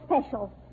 special